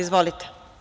Izvolite.